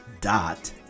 dot